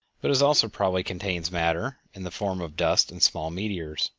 but it also probably contains matter in the form of dust and small meteors.